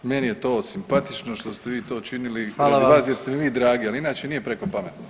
Meni je to simpatično što ste vi to učinili [[Upadica predsjednik: Hvala vam.]] radi vas jer ste mi vi dragi, ali inače nije prijeko pametno.